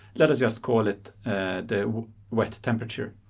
let us just call it the wet temperature.